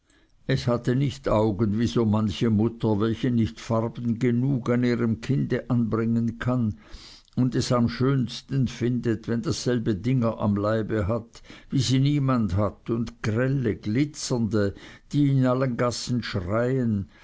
es hatte nicht augen wie so manche mutter welche nicht farben genug an ihrem kinde anbringen kann und es am schönsten findet wenn dasselbe dinger am leibe hat wie sie niemand hat und grelle glitzernde die in allen gassen schreien